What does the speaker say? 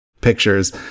pictures